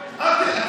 עד כדי כך?